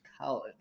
college